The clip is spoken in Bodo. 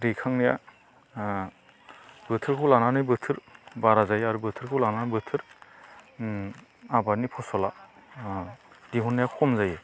दैखांनाया ओ बोथोरखौ लानानै बोथोर बारा जायो आरो बोथोरखौ लानानै बोथोर ओम आबादनि फस'ला दिहुननाया खम जायो